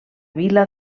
vila